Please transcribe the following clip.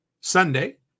Sunday